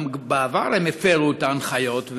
גם בעבר הם הפרו את ההנחיות,